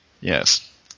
Yes